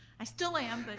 i still am, but